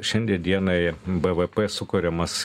šiandie dienai bvp sukuriamas